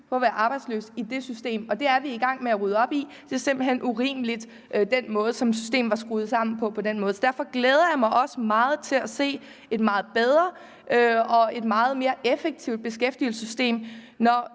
for at være arbejdsløs i det system. Det er vi i gang med at rydde op i. Den måde, som systemet er skruet sammen på, er simpelt hen urimeligt. Derfor glæder jeg mig også meget til at se et meget bedre og et meget mere effektivt beskæftigelsessystem, når